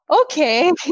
okay